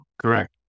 Correct